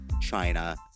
China